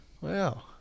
Wow